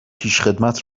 پیشخدمت